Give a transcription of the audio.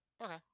Okay